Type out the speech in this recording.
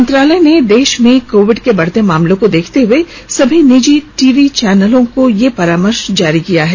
मंत्रालय ने देश में कोविड के बढते मामलों को देखते हुए सभी निजी टेलीविजन चैनलों को एक परामर्श जारी किया है